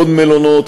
עוד מלונות,